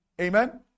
Amen